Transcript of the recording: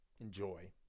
enjoy